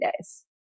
days